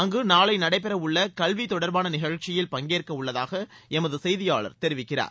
அங்கு நாளை நடைபெறவுள்ள கல்வி தொடர்பான நிகழ்ச்சியில் பங்கேற்கவுள்ளதாக எமது செய்தியாளர் தெரிவிக்கிறார்